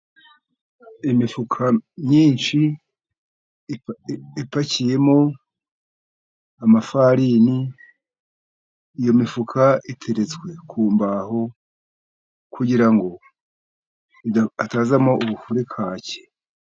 Imifuka myinshi ipakiyemo amafarini, iyo mifuka iteretswe ku mbaho, kugira ngo hatazamo ubufurikake.